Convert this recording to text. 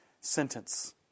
sentence